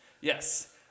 Yes